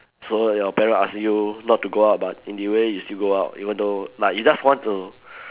so your parent ask you not to go out but in the way you still go out even though like you just want to